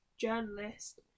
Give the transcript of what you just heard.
journalist